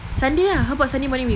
sunday ah how about sunday morning we go